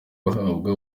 bahabwa